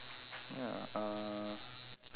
ya uh